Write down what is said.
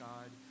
God